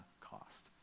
cost